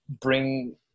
bring